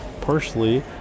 partially